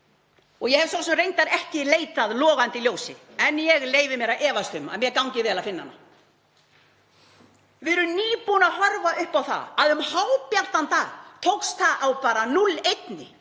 Ég hef reyndar ekki leitað logandi ljósi en ég leyfi mér að efast um að mér gangi vel að finna hana. Við erum nýbúin að horfa upp á það að um hábjartan dag tókst á sekúndubroti